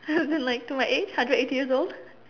then like my age hundred eighty years old